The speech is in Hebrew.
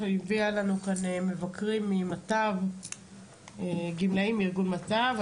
הביאו לנו כאן מבקרים גימלאים מארגון מט"ב.